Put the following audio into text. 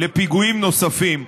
לפיגועים נוספים.